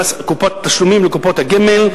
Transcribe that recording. התשלומים לקופות הגמל,